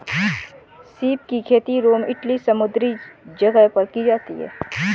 सीप की खेती रोम इटली समुंद्री जगह पर की जाती है